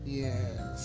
yes